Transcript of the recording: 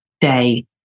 day